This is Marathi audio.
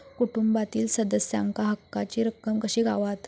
कुटुंबातील सदस्यांका हक्काची रक्कम कशी गावात?